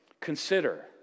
Consider